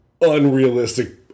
unrealistic